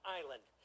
island